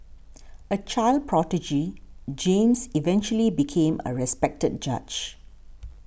a child prodigy James eventually became a respected judge